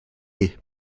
ier